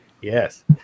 yes